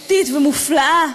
ואיכותית ומופלאה,